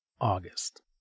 August